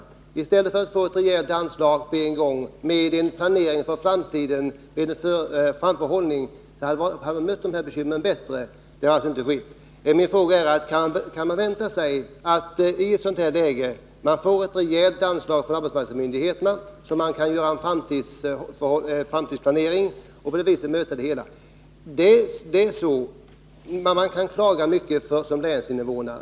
Hade man i stället fått ett rejält anslag på en gång hade man kunnat planera och åstadkomma en framförhållning och därmed möta bekymren bättre. Så har alltså inte skett: Min direkta fråga till arbetsmarknadsministern blir då: Kan arbetsmarknadsmyndigheterna i det här läget vänta sig att få ett rejält anslag så att det går att göra en framtidsplanering och på det viset möta situationen? Man kan klaga mycket som länsinvånare.